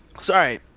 sorry